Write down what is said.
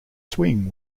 swing